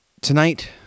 tonight